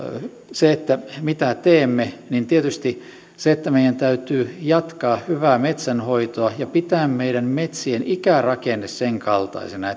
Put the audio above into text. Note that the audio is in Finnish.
tulevaisuudessa mitä teemme tietysti meidän täytyy jatkaa hyvää metsänhoitoa ja pitää meidän metsiemme ikärakenne sen kaltaisena